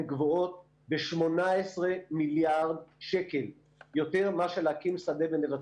הן גבוהות ב-18 מיליארד שקל יותר מאשר להקים שדה בנבטים.